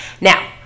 Now